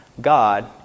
God